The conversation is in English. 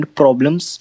problems